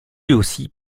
aussi